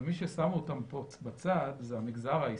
אבל מי ששם אותם פה בצד, זה המגזר העסקי,